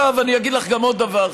עכשיו אני אגיד לך גם עוד דבר,